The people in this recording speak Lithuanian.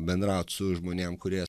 bendraut su žmonėm kurie